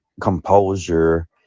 composure